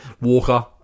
Walker